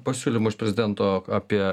pasiūlymų iš prezidento apie